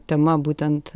tema būtent